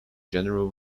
general